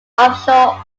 offshore